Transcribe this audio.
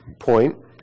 point